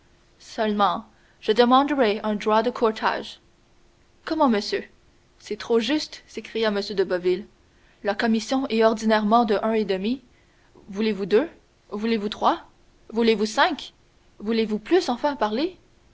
seulement je demanderai un droit de courtage comment monsieur c'est trop juste s'écria m de boville la commission est ordinairement de un et demi voulez-vous deux voulez-vous trois voulez-vous cinq voulez-vous plus enfin parlez